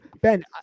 ben